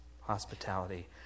hospitality